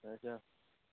اَچھا